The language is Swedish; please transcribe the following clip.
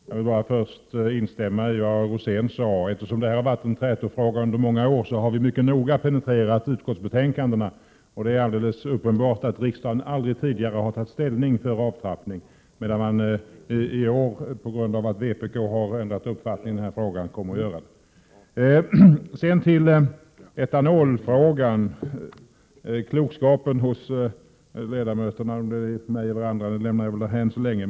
Herr talman! Jag vill först instämma i det Bengt Rosén sade. Eftersom debatten gäller någonting som under många år varit en trätofråga, har vi mycket noga penetrerat utskottsbetänkandena. Det är alldeles uppenbart att riksdagen aldrig tidigare har tagit ställning för en avtrappning. Men i år på grund av att vpk har ändrat uppfattning i frågan kommer den att göra det. Sedan till etanolfrågan. Klokskapen hos mig eller andra ledamöter lämnar jag därhän så länge.